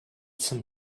some